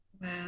Wow